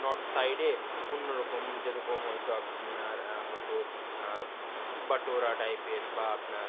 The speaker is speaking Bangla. নর্থ সাইডে অন্য রকম যেরকম হয়তো আপনার হয়তো বাটোরা টাইপের বা আপনার